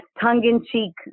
tongue-in-cheek